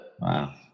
Wow